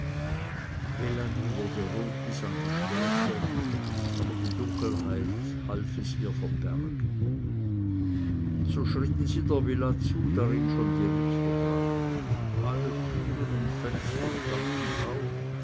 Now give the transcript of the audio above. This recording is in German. wurde rot bis an die schläfe aber die dunkelheit half es ihr verbergen und so schritten sie der villa zu darin schon die lichter brannten alle türen und fenster standen auf